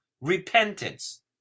repentance